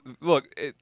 Look